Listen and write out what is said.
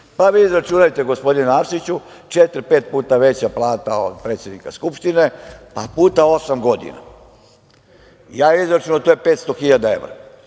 vi izračunajte, gospodine Arsiću, četiri, pet puta veća plata od predsednika Skupštine pa puta osam godina. Ja izračunao, to je 500.000 evra